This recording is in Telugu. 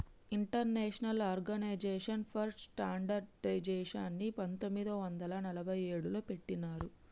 ఇంటర్నేషనల్ ఆర్గనైజేషన్ ఫర్ స్టాండర్డయిజేషన్ని పంతొమ్మిది వందల నలభై ఏడులో పెట్టినరు